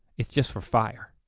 it's just for fire.